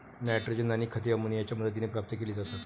nitrogen आणि खते अमोनियाच्या मदतीने प्राप्त केली जातात